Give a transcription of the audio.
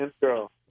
girl